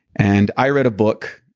and i read a book,